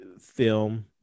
film